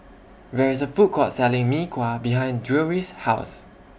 There IS A Food Court Selling Mee Kuah behind Drury's House